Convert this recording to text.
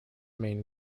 main